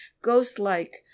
ghost-like